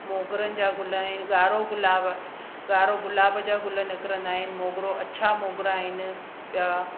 मोगरनि जा गुल आहिनि ॻारो गुलाब ॻारो गुलाब जा गुल निकरंदा आहिनि मोगरो अच्छा मोगरा आहिनि ॿिया